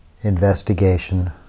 investigation